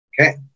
okay